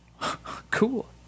Cool